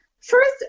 First